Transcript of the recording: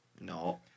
no